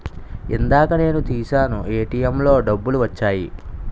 ఇందాక నేను తీశాను ఏటీఎంలో డబ్బులు వచ్చాయి